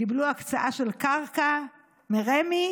הם קיבלו הקצאה של קרקע מרמ"י